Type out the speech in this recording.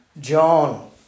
John